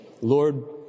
Lord